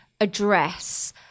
address